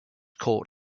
court